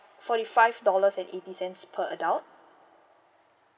forty five dollars and eighty cents per adult